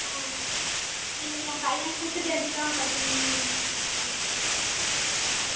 ஆ இல்லை என் பையன் குத்து டான்ஸு தான் கற்றுக்குணுன்னு விரும்புகிறான் சிஸ்டர் ஆ